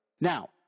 Now